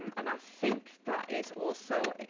um and i think that is also,